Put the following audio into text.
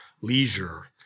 leisure